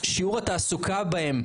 שיעור התעסוקה בהם,